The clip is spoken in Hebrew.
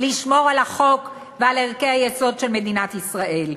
לשמור על החוק ועל ערכי היסוד של מדינת ישראל.